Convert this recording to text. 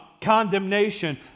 condemnation